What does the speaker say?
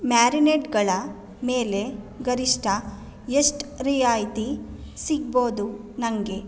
ಮ್ಯಾರಿನೇಡ್ಗಳ ಮೇಲೆ ಗರಿಷ್ಠ ಎಷ್ಟು ರಿಯಾಯಿತಿ ಸಿಗ್ಬೋದು ನನಗೆ